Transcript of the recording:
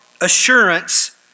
assurance